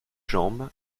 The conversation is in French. jambes